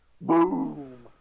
boom